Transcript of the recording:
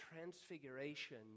transfiguration